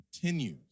continues